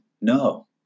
no